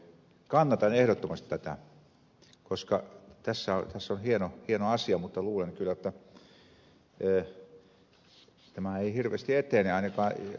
kannatan ehdottomasti tätä koska tässä on hieno asia mutta luulen kyllä jotta tämä ei hirveästi etene